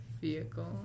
vehicle